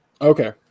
Okay